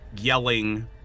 yelling